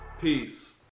Peace